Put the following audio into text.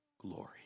glory